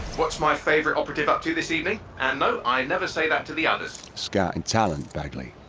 what's my favorite operative up to this evening? and no, i never say that to the others. scouting talent, bagley,